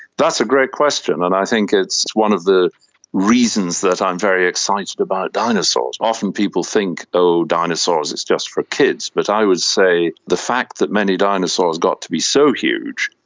that's a great question and i think it's one of the reasons that i'm very excited about dinosaurs. often people think, oh, dinosaurs, it's just for kids, but i would say the fact that many dinosaurs got to be so huge,